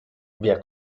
wer